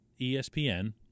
ESPN